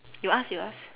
you ask you ask